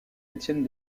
étienne